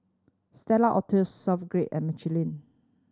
Stella Artois Swissgear and Michelin